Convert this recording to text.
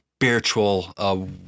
spiritual